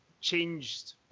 changed